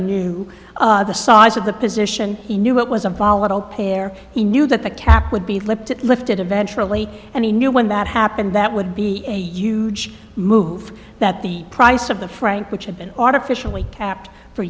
knew the size of the position he knew it was a volatile pair he knew that the cap would be lifted lifted eventually and he knew when that happened that would be a huge move that the price of the franc which had been artificially kept for